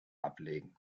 ablegen